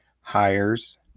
hires